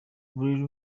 uburiri